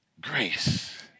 grace